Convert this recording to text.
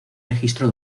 registro